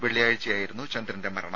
വെള്ളിയാഴ്ചയായിരുന്നു ചന്ദ്രന്റെ മരണം